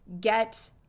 get